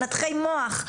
מנתחי מוח,